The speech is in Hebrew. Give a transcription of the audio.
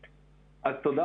תודה,